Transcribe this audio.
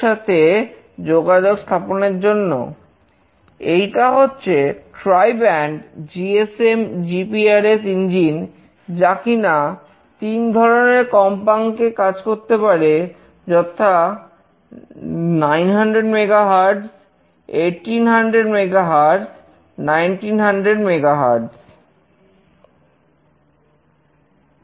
তো আমরা এই আলোচনার অন্তিম পর্যায়ে চলে এসেছি যেখানে আমি তোমাদেরকে একটি ধারণা দিলাম কিভাবে একটি সামান্য আইওটি টাকে তৈরি করা খুবই সহজ কিন্তু এর এত বিবিধ প্রয়োগ আছে এটা আরও কত ক্ষেত্রে ব্যবহৃত হতে পারে